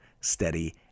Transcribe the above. steady